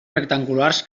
rectangulars